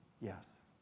Yes